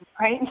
right